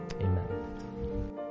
Amen